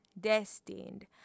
destined